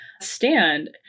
stand